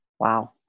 Wow